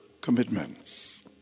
commitments